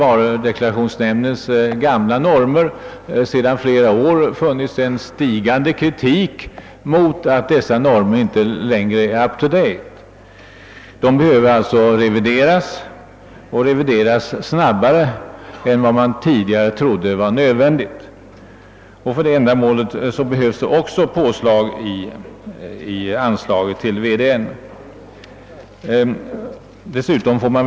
Varudeklarationsnämndens gamla normer har dessutom sedan flera år tillbaka alltmer kritiserats; normerna är inte längre helt up to date. De behöver revideras och detta snabbare än man tidigare ansåg behövligt. även med hänsyn härtill är det nödvändigt med en höjning av anslaget till varudeklarationsnämnden.